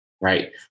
right